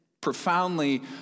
profoundly